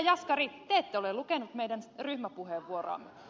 jaskari te ette ole lukenut meidän ryhmäpuheenvuoroamme